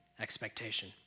expectation